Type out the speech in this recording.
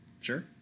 sure